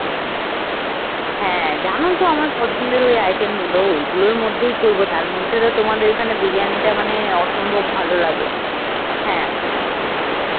হ্যাঁ জানো তো আমার পছন্দের ওই আইটেমগুলো ওইগুলোর মধ্যেই করবো তার মধ্যে তো তোমাদের এইখানে বিরিয়ানিটা মানে আসম্ভব ভালো লাগে হ্যাঁ